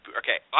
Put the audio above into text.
okay